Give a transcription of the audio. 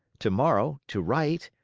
tomorrow to write,